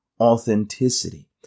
authenticity